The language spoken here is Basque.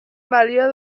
balio